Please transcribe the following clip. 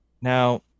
Now